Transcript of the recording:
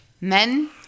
men